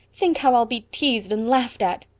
think how i'll be teased and laughed at!